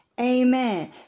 Amen